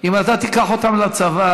אם אתה תיקח אותם לצבא,